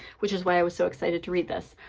which is why i was so excited to read this.